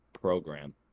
program